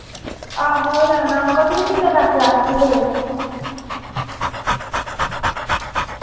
आहो लैना अवा तुसें किन्ने पैसे आक्खे हे